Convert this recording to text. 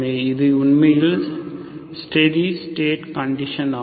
இது உண்மையில் steady state condition ஆகும்